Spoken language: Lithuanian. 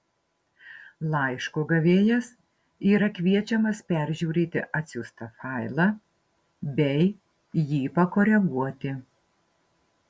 laiško gavėjas yra kviečiamas peržiūrėti atsiųstą failą bei jį pakoreguoti